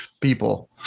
people